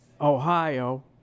Ohio